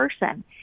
person